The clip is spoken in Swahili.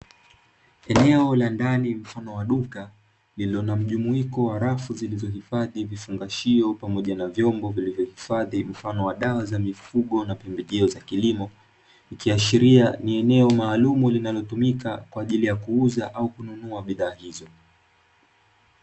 Eneo la ndani mfano wa duka lililo na rafu zilizo hifadhi vifungashio pamoja na vyombo, zilizo hifadhi mfano wa dawa za mifugo na pembejeo za kilimo, iliashiria eneo maalumu linalotumika kwa ajili kununua na kuuza bidhaa hizo.